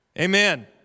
Amen